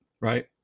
Right